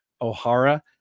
O'Hara